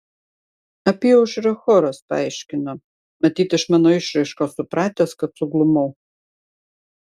apyaušrio choras paaiškino matyt iš mano išraiškos supratęs kad suglumau